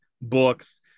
books